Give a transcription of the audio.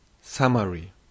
SUMMARY